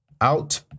out